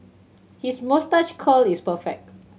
his moustache curl is perfect